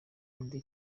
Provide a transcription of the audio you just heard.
eddy